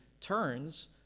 turns